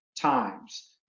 times